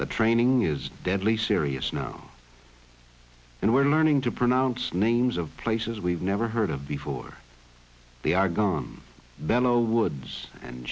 the training is deadly serious now and we're learning to pronounce names of places we've never heard of before they are gone benno woods and